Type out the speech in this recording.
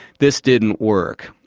this didn't work.